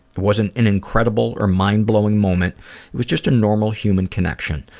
it wasn't an incredible or mind-blowing moment, it was just a normal human connection.